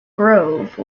grove